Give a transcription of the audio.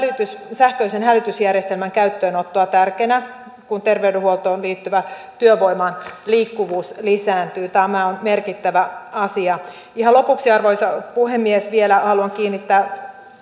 sähköisen hälytysjärjestelmän käyttöönottoa tärkeänä kun terveydenhuoltoon liittyvän työvoiman liikkuvuus lisääntyy tämä on merkittävä asia ihan lopuksi arvoisa puhemies vielä haluan kiinnittää